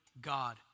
God